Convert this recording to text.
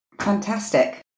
Fantastic